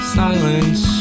silence